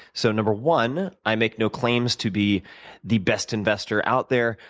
so no. one, i make no claims to be the best investor out there.